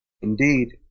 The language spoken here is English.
Indeed